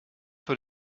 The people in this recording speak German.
für